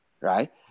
right